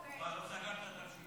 מה, לא סגרת את הרשימה?